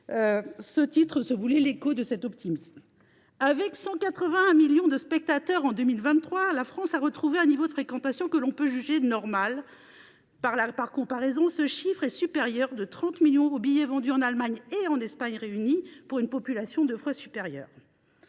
subtile, se voulait l’écho. Avec 181 millions de spectateurs en 2023, la France a retrouvé un niveau de fréquentation que l’on peut juger « normal ». Par comparaison, ce chiffre est supérieur de 30 millions aux billets vendus en Allemagne et en Espagne réunies, pour une population deux fois inférieure.